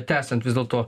tęsiant vis dėlto